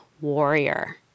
warrior